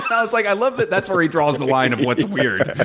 i was like i love that that's where he draws the line of what's weird.